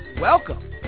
Welcome